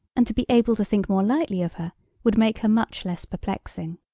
and to be able to think more lightly of her would make her much less perplexing.